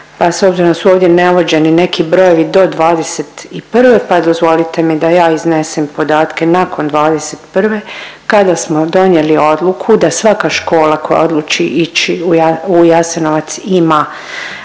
pa s obzirom da su ovdje navođeni neki brojevi do '21. pa dozvolite mi da ja iznesem podatke nakon '21. kada smo donijeli odluku da svaka škola koja odluči ići u Jasenovac ima